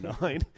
nine